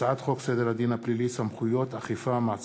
הצעת חוק סדר הדין הפלילי (סמכויות אכיפה, מעצרים)